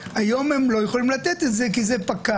והיום הם לא יכולים לתת את זה כי זה פקע.